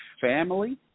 family